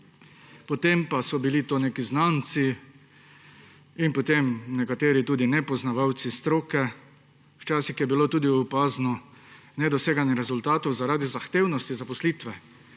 potem pa so bili to neki znanci in nekateri tudi nepoznavalci stroke, včasih je bilo tudi opazno nedoseganje rezultatov zaradi zahtevnosti zaposlitve.